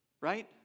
right